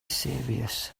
serious